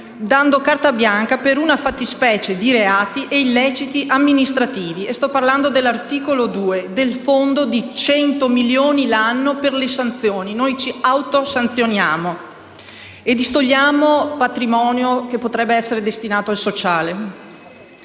dando carta bianca per nuove fattispecie di reati e illeciti amministrativi. Sto parlando dell'articolo 2 e del fondo di 100 milioni l'anno per le sanzioni. In pratica, ci autosanzioniamo e distogliamo patrimonio che potrebbe essere destinato al sociale.